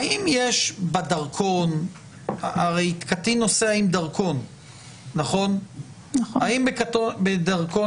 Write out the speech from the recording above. קטין נוסע עם דרכון והשאלה היא האם בדרכון